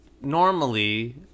normally